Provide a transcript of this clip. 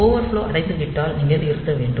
overflow அடைந்துவிட்டால் நீங்கள் நிறுத்த வேண்டும்